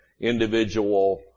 individual